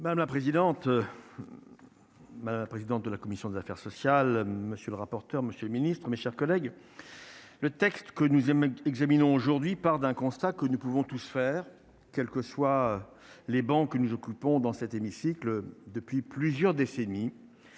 Madame la présidente, madame la présidente de la commission des affaires sociales, monsieur le rapporteur, monsieur le Ministre, mes chers collègues, le texte que nous aimons, examinons aujourd'hui, part d'un constat que nous pouvons tous faire, quelles que soient les banques que nous occupons dans cet hémicycle depuis plusieurs décennies,